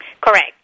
Correct